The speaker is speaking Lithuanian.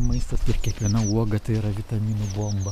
maistas ir kiekviena uoga tai yra vitaminų bomba